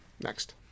Next